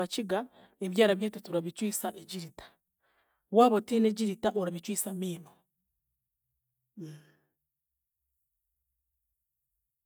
Abakiga, ebyara byitu turabicwisa egirita, waaba otiine egirita orabicwisa amiino.